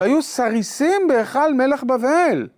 היו סריסים בהיכל מלך בבל!